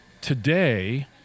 Today